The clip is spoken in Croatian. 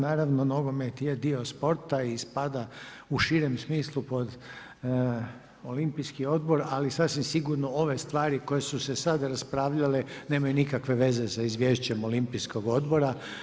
Naravno nogomet je dio sporta i spada u širem smislu, pod Olimpijski odbor, ali sasvim sigurno ove stvari koje su se sada raspravljale, nemaju nikakve veze sa izvješćem Olimpijskog odbora.